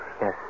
Yes